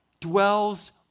dwells